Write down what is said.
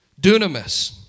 Dunamis